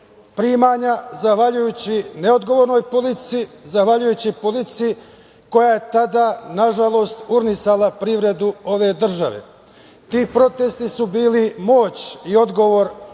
primanja zahvaljujući neodgovornoj politici, zahvaljujući politici koja je tada, nažalost, urnisala privredu ove države. Ti protesti su bili moć i odgovor